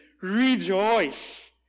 rejoice